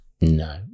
No